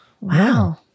Wow